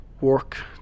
work